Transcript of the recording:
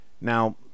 now